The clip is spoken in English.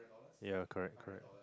ya correct correct